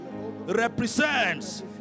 represents